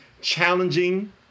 challenging